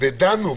זוכר ודנו,